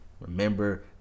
Remember